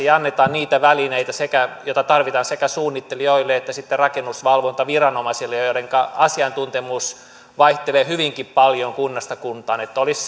ja annetaan niitä välineitä joita tarvitaan sekä suunnittelijoille että sitten rakennusvalvontaviranomaisille joidenka asiantuntemus vaihtelee hyvinkin paljon kunnasta kuntaan ja että olisi